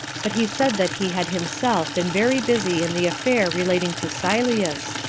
but he said that he had himself been very busy in the affair relating to sylleus,